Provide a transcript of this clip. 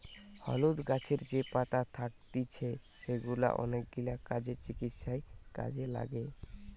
হলুদ গাছের যে পাতা থাকতিছে সেগুলা অনেকগিলা কাজে, চিকিৎসায় কাজে লাগে